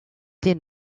des